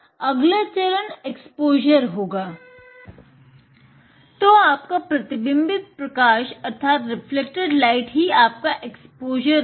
अगला चरण एक्सपोज़र होगा